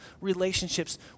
relationships